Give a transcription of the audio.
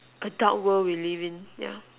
adult world we live in